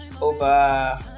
over